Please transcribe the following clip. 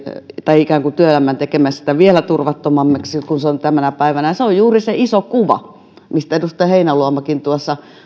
tai ikään kuin työelämän tekemisestä vielä turvattomammaksi kuin se on tänä päivänä ja se on juuri se iso kuva mistä edustaja heinäluomakin tuossa